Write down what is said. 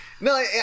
No